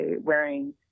wearing